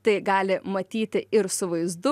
tai gali matyti ir su vaizdu